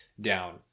down